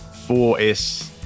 4S